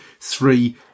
three